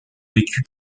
vécu